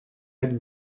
lac